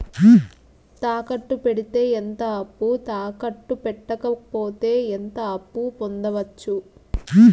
తాకట్టు పెడితే ఎంత అప్పు, తాకట్టు పెట్టకపోతే ఎంత అప్పు పొందొచ్చు?